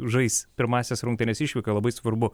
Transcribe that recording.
žais pirmąsias rungtynes išvykoj labai svarbu